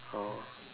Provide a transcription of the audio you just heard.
oh